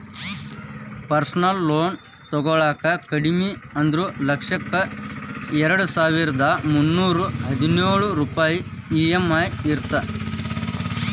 personal loan ತೊಗೊಳಾಕ ಕಡಿಮಿ ಅಂದ್ರು ಲಕ್ಷಕ್ಕ ಎರಡಸಾವಿರ್ದಾ ಮುನ್ನೂರಾ ಹದಿನೊಳ ರೂಪಾಯ್ ಇ.ಎಂ.ಐ ಇರತ್ತ